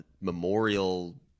Memorial